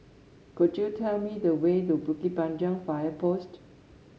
could you tell me the way to Bukit Panjang Fire Post